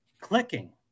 clicking